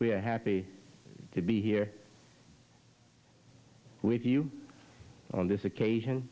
we are happy to be here with you on this occasion